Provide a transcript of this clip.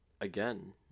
again